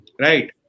right